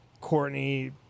Courtney